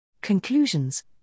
Conclusions